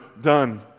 done